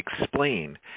explain